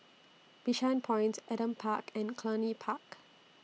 Bishan Point Adam Park and Cluny Park